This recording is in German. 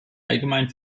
allgemein